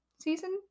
season